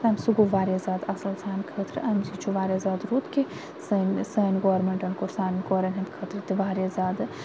امہِ سۭتۍ گوٚو واریاہ زیادٕ اصل سانہِ خٲطرٕ امہِ سۭتۍ چھُ واریاہ زیادٕ رُت کہِ سٲنٛۍ سٲنٛۍ گورمینٹَن کوٚر سانٮ۪ن کورٮ۪ن ہٕنٛد خٲطرٕ تہِ واریاہ زیادٕ